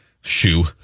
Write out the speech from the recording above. shoe